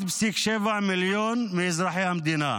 מ-1.7 מיליון מאזרחי המדינה.